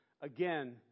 again